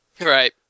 Right